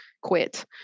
quit